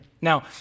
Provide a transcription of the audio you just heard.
Now